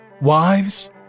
Wives